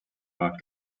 not